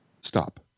stop